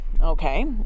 Okay